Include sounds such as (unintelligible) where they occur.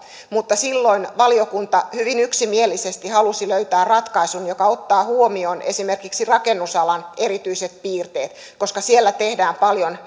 mutta silloin valiokunta hyvin yksimielisesti halusi löytää ratkaisun joka ottaa huomioon esimerkiksi rakennusalan erityiset piirteet koska siellä tehdään paljon (unintelligible)